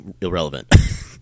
irrelevant